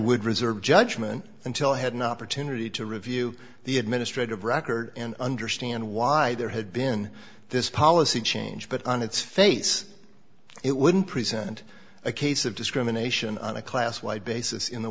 would reserve judgment until i had an opportunity to review the administrative record and understand why there had been this policy change but on its face it wouldn't present a case of discrimination on a class wide basis in the